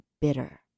bitter